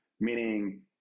meaning